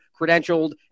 credentialed